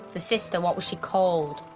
the sister. what's she called?